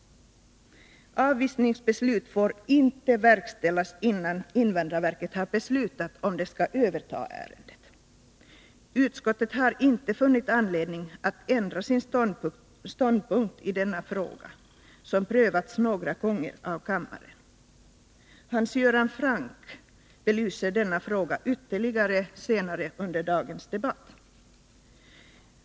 Avvisningsbeslut får inte verkställas, innan invandrarverket har beslutat om det skall överta ärendet. Utskottet har inte funnit anledning att ändra sin ståndpunkt i denna fråga, som prövats några gånger av kammaren. Hans Göran Franck belyser denna fråga ytterligare senare under dagens debatt.